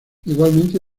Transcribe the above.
igualmente